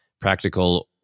practical